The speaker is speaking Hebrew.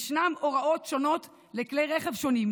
ישנן הוראות שונות לכלי רכב שונים,